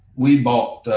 we bought,